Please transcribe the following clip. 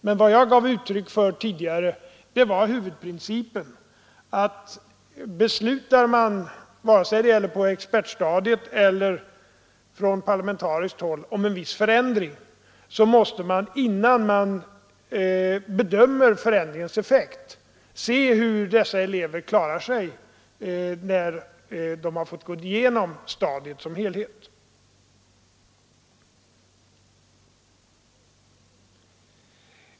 Men vad jag gav uttryck för tidigare var huvudprincipen att beslutar man — vare sig det gäller på expertstadiet eller på parlamentariskt håll — om en viss förändring, så måste man innan man bedömer förändringens effekt se hur dessa elever klarar sig när de har fått gå igenom stadiet som helhet.